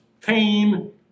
pain